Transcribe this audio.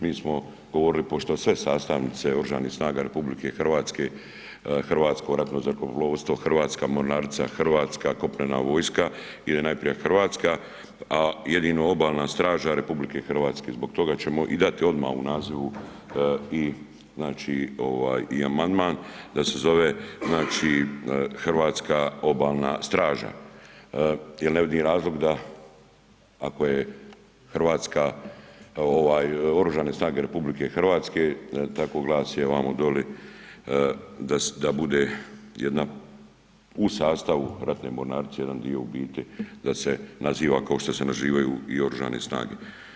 Mi smo govorili pošto sve sastavnice Oružanih snaga RH, Hrvatsko ratno zrakoplovstvo, Hrvatska mornarica, Hrvatska kopnena vojska ide najprije hrvatska jedino, a jedino Obalna straža RH, zbog toga ćemo i dati odmah u nazivu i znači ovaj i amandman da se zove znači Hrvatska obalna straža jer ne vidim razlog ako je ovaj Oružane snage RH tako glasi ovamo doli da bude jedna, u sastavu ratne mornarice jedan dio u biti da se naziva kao što se nazivaju i oružane snage.